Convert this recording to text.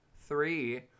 three